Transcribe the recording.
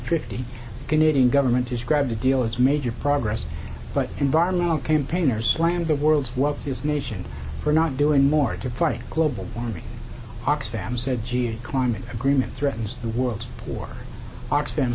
fifty canadian government described the deal as major progress but environmental campaigners slammed the world's wealthiest nation for not doing more to fight global warming oxfam said gee climate agreement threatens the world or ox